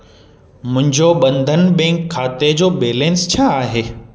मुंहिंजो बंधन बैंक खाते जो बैलेंस छा आहे